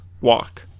walk